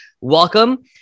welcome